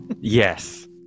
Yes